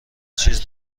چیز